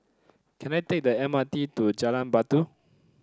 can I take the M R T to Jalan Batu